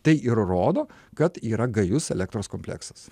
tai ir rodo kad yra gajus elektros kompleksas